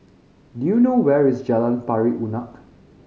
do you know where is Jalan Pari Unak